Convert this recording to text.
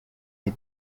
les